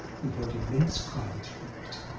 he held immense crowds rapt,